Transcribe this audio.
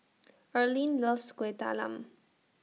Arlyne loves Kueh Talam